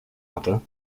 hatte